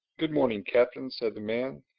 good morning, captain, said the man.